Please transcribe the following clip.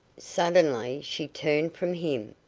suddenly she turned from him,